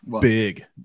Big